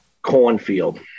cornfield